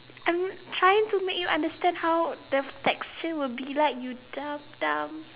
I'm trying to make you understand how the texture would be like you dumb dumb